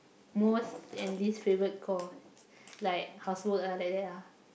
most and least favourite cores like housework ah like that ah